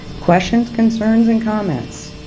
questions concerns and comments?